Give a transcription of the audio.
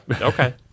okay